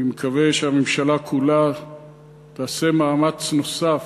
אני מקווה שהממשלה כולה תעשה מאמץ נוסף,